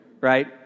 right